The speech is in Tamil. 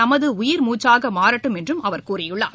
நமது உயிர் மூச்சாக மாறட்டும் என்றும் அவர் கூறியுள்ளார்